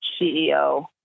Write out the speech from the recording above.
CEO